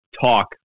talk